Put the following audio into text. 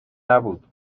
نبود